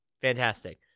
Fantastic